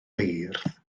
beirdd